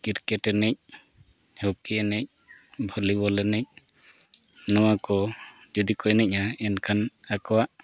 cricket ᱮᱱᱮᱡ hockey ᱮᱱᱮᱡ volleyball ᱮᱱᱮᱡ ᱱᱚᱣᱟ ᱠᱚ ᱡᱩᱫᱤ ᱠᱚ ᱮᱱᱮᱡᱼᱟ ᱮᱱᱠᱷᱟᱱ ᱟᱠᱚᱣᱟᱜ